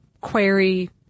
query